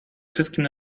wszystkim